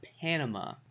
Panama